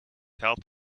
helped